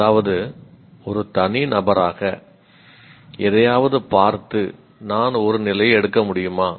அதாவது ஒரு தனிநபராக எதையாவது பார்த்து நான் ஒரு நிலையை எடுக்க முடியுமா